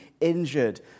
injured